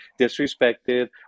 disrespected